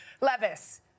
Levis